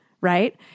right